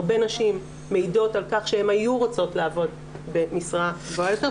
הרבה נשים מעידות על כך שהן היו רוצות לעבוד במשרה גדולה יותר,